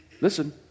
listen